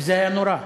וזה היה נורא.